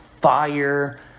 fire